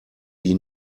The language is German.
ihn